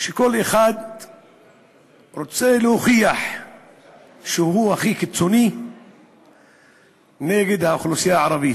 שכל אחד רוצה להוכיח שהוא הכי קיצוני נגד האוכלוסייה הערבית.